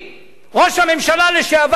ראש הממשלה לשעבר שרון,